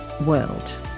world